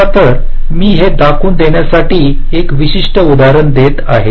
चला तर मी हे दाखवून देण्यासाठी एक विशिष्ट उदाहरण देत आहे